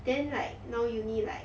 then like now uni like